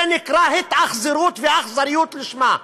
זה נקרא אכזריות והתאכזרות לשמן.